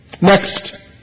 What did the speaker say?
next